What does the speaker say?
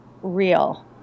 real